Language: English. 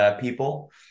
people